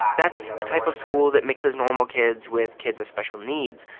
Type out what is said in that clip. that's a type of school that mixes normal kids with kids with special needs.